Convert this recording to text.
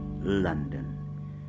London